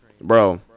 bro